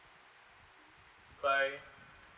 bye